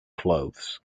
clothes